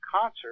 concert